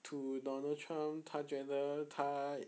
to donald trump 他觉得他